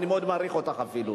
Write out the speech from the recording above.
אני מאוד מעריך אותך אפילו,